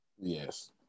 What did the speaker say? Yes